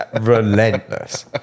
relentless